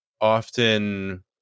often